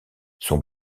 son